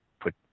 put